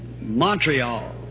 Montreal